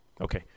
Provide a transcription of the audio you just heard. Okay